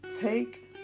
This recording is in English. Take